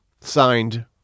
Signed